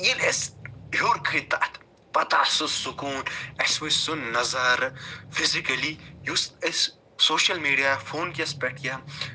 ییٚلہِ أسۍ ہیوٚر کھٔتۍ تتھ پتہٕ آو سُہ سکون اَسہِ وُچھ سُہ نَظارٕ فِزِکلی یُس أسۍ سوشَل میٖڈیا فون کِس پیٚٹھ یا